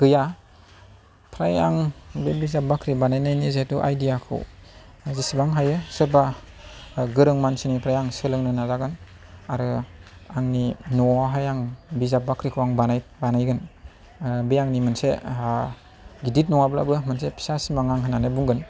गैया फ्राय आं बे बिजाब बाख्रि बानायनायनि जिहेथु आइडियाखौ जेसेबां हायो सोरबा गोरों मानसिनिफ्राय आं सोलोंनो नाजागोन आरो आंनि न'आवहाय आं बिजाब बाख्रिखौ आं बानायगोन बे आंनि मोनसे गिदिर नङाब्लाबो मोनसे फिसा सिमां आं होननानै बुंगोन